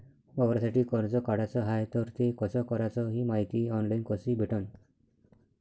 वावरासाठी कर्ज काढाचं हाय तर ते कस कराच ही मायती ऑनलाईन कसी भेटन?